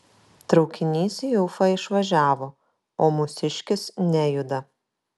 traukinys į ufą išvažiavo o mūsiškis nejuda